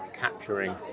capturing